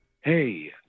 Hey